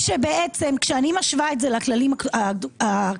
כשאני משווה את זה לכללים הקודמים,